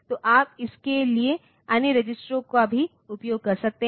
तो आप इसके लिए अन्य रजिस्टरों का भी उपयोग कर सकते हैं